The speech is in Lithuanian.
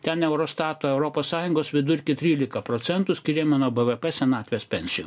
ten eurostato europos sąjungos vidurkį tryliką procentų skiryme nuo b v p senatvės pensijom